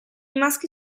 maschi